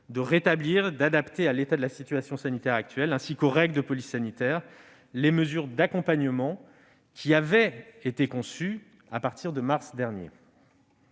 -de rétablir et d'adapter à l'état de la situation sanitaire actuelle, ainsi qu'aux règles de police sanitaire, les mesures d'accompagnement conçues à partir de mars dernier.